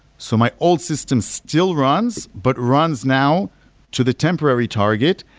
so my old system still runs, but runs now to the temporary target.